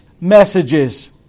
messages